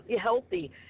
healthy